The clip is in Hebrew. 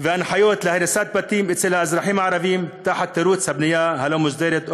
והנחיות להריסת בתים אצל האזרחים הערבים בתירוץ של הבנייה הלא-מוסדרת,